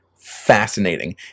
Fascinating